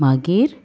मागीर